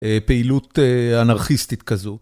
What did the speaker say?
פעילות אנרכיסטית כזו